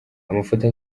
amafoto